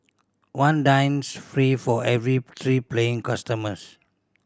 one dines free for every three paying customers